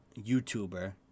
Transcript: YouTuber